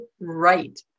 right